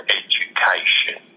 education